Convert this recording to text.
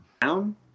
down